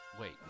Wait